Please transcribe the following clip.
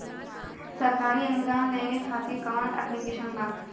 सरकारी अनुदान लेबे खातिर कवन ऐप्लिकेशन बा?